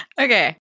Okay